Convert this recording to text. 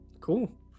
cool